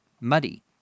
muddy